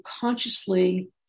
consciously